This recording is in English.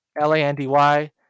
l-a-n-d-y